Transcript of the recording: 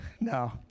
No